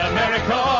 America